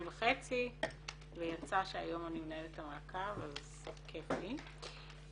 וחצי ויצא שהיום אני מנהלת את המעקב אז כיף לי.